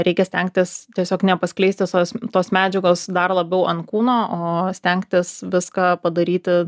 reikia stengtis tiesiog nepaskleisti visos tos medžiagos dar labiau an kūno o stengtis viską padaryti